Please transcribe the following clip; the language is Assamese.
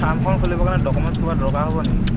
ফাৰ্মখন খুলিবৰ কাৰণে ডক্যুমেণ্টছ কিবা দৰকাৰ হ'ব নেকি